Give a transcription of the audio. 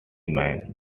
man